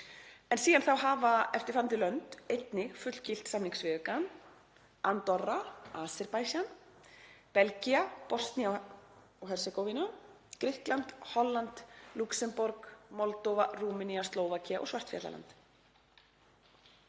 en síðan þá hafa eftirfarandi lönd einnig fullgilt samningsviðaukann: Andorra, Aserbaídsjan, Belgía, Bosnía-Hersegóvína, Grikkland, Holland, Lúxemborg, Moldóva, Rúmenía, Slóvakía og Svartfjallaland.